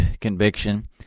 conviction